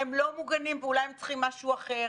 הם לא מוגנים ואולי הם צריכים משהו אחר?